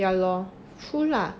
yeah lor true lah